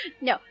No